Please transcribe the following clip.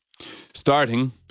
starting